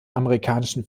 amerikanischen